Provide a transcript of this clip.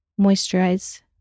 moisturize